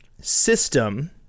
system